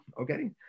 okay